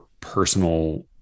personal